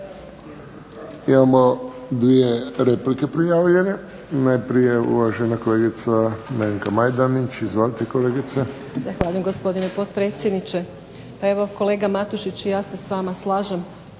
Imamo dvije replike prijavljene. Najprije uvažena kolegica Nevenka Majdenić. Izvolite, kolegice. **Majdenić, Nevenka (HDZ)** Hvala, gospodine potpredsjedniče. Evo kolega Matušić ja se s vama slažem,